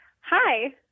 Hi